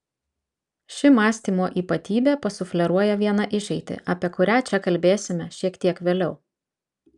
ši mąstymo ypatybė pasufleruoja vieną išeitį apie kurią čia kalbėsime šiek tiek vėliau